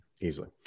easily